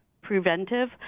preventive